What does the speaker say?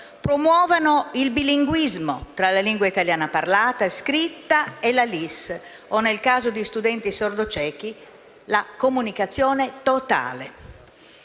promuovano il bilinguismo tra la lingua italiana parlata e scritta e la LIS o, nel caso di studenti sordociechi, la comunicazione totale.